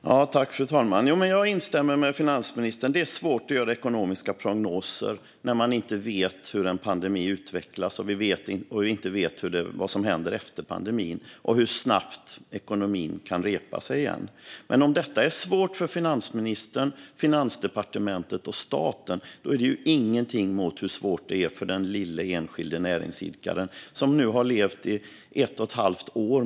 Fru talman! Jag instämmer med finansministern. Det är svårt att göra ekonomiska prognoser när man inte vet hur en pandemi utvecklas, vad som händer efter pandemin och hur snabbt ekonomin kan repa sig igen. Men om detta är svårt för finansministern, Finansdepartementet och staten är det ändå inget mot hur svårt det är för den lilla enskilda näringsidkaren som nu har levt med pandemin i ett och ett halvt år.